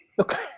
Okay